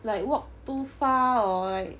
like walk too far or like